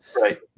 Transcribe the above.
Right